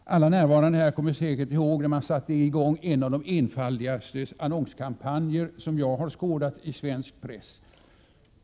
Alla närvarande kommer säkert ihåg när man satte i gång en av de enfaldigaste annonskampanjer som skådats i svensk press.